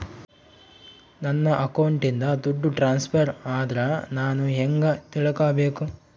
ನನ್ನ ಅಕೌಂಟಿಂದ ದುಡ್ಡು ಟ್ರಾನ್ಸ್ಫರ್ ಆದ್ರ ನಾನು ಹೆಂಗ ತಿಳಕಬೇಕು?